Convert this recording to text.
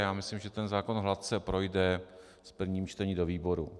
Já myslím, že ten zákon hladce projde v prvním čtení do výboru.